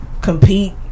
compete